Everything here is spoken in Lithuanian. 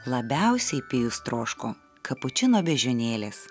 labiausiai pijus troško kapučino beždžionėlės